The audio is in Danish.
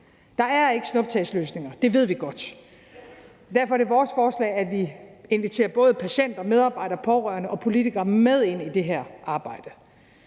Der er ikke snuptagsløsninger. Det ved vi godt. Derfor er det vores forslag, at vi inviterer både patienter, medarbejdere, pårørende og politikere med i det her arbejde.